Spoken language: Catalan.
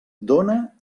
dóna